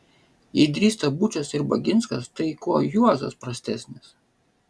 jei drįsta bučas ir baginskas tai kuo juozas prastesnis